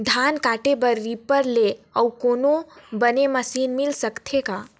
धान काटे बर रीपर ले अउ कोनो बने मशीन मिल सकथे का?